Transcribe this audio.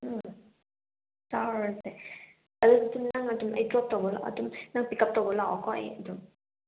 ꯎꯝ ꯆꯥꯔꯨꯔꯁꯦ ꯑꯗꯨꯗꯤ ꯅꯪ ꯑꯗꯨꯝ ꯑꯩ ꯗ꯭ꯔꯣꯞ ꯇꯧꯕ ꯂꯥꯛꯑꯣ ꯑꯗꯨꯝ ꯅꯪ ꯄꯤꯛ ꯎꯞ ꯇꯧꯕ ꯂꯥꯛꯑꯣꯀꯣ ꯑꯩ ꯑꯗꯨꯝ